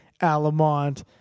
Alamont